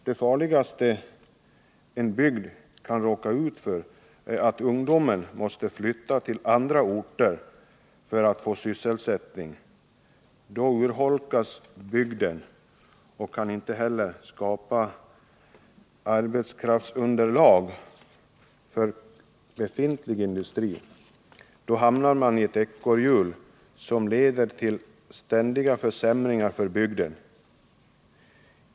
Det farligaste en bygd kan råka ut för är att ungdomen måste flytta till andra orter för att få sysselsättning. Då urholkas bygden och kan inte heller ge arbetskraftsunderlag för befintlig industri. Då hamnar man i ett ekorrhjul som leder till ständiga försämringar för bygden.